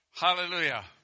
Hallelujah